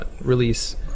release